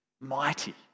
mighty